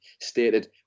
stated